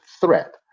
threat